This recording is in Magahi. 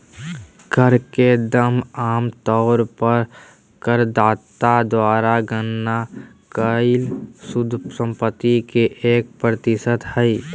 कर के दर आम तौर पर करदाता द्वारा गणना कइल शुद्ध संपत्ति के एक प्रतिशत हइ